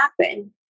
happen